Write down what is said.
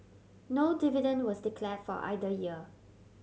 no dividend was declare for either year